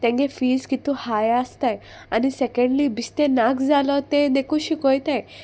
तेंगे फीज कितू हाय आसताय आनी सेकेंडली बिस्ते नाक जालो तें देकू शिकोयताय